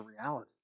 reality